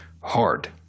hard